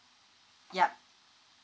yup